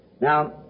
Now